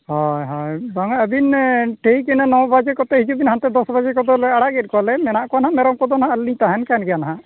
ᱦᱚᱭ ᱦᱚᱭ ᱵᱟᱝᱟ ᱟᱵᱤᱱ ᱴᱷᱤᱠ ᱤᱱᱟᱹ ᱱᱚ ᱵᱟᱡᱮᱠᱚᱛᱮ ᱦᱤᱡᱩᱜᱵᱤᱱ ᱦᱟᱱᱛᱮ ᱫᱚᱥ ᱵᱟᱡᱮ ᱠᱚᱫᱚᱞᱮ ᱟᱲᱟᱜᱮᱫ ᱠᱚᱣᱟᱞᱮ ᱢᱮᱱᱟᱜ ᱠᱚᱣᱟ ᱱᱟᱦᱟᱜ ᱢᱮᱨᱚᱢᱠᱚᱫᱚ ᱱᱟᱦᱟᱜ ᱟᱹᱞᱤᱞᱤᱧ ᱛᱟᱦᱮᱱ ᱠᱟᱱᱜᱮᱭᱟ ᱱᱟᱦᱟᱜ